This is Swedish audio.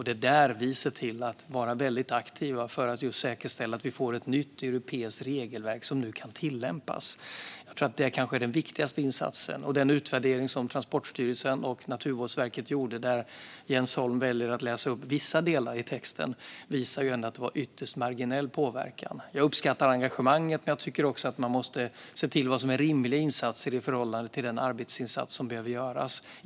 Det är där vi ser till att vara väldigt aktiva för att säkerställa att vi får ett nytt europeiskt regelverk som kan tillämpas. Jag tror att detta kan vara den viktigaste insatsen. Den utvärdering som Transportstyrelsen och Naturvårdsverket gjorde, som Jens Holm valde att läsa upp vissa delar av, visar att det rör sig om ytterst marginell påverkan. Jag uppskattar engagemanget, men jag tycker också att man måste se till vad som är rimliga insatser i förhållande till den arbetsinsats som behöver göras.